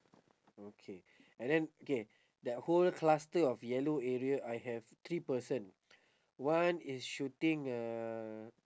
okay and then okay that whole cluster of yellow area I have three person one is shooting uh